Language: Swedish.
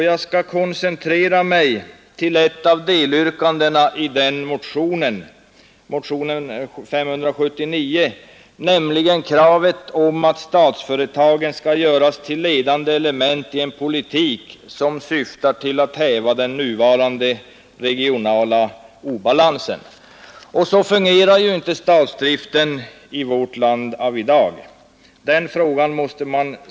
Jag skall koncentrera mig till ett av delyrkandena i motionen 579, nämligen kravet om att statsföretagen skall göras till ledande element i en politik som syftar till att häva den nuvarande regionala obalansen. Så fungerar inte statsdriften av i dag i vårt land.